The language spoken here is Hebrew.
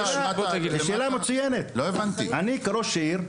אני כראש עיר,